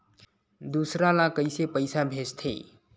दूसरा ला कइसे पईसा भेजथे?